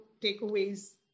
takeaways